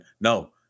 No